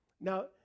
Now